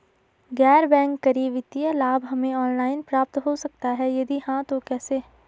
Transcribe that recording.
गैर बैंक करी वित्तीय लाभ हमें ऑनलाइन प्राप्त हो सकता है यदि हाँ तो कैसे?